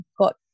got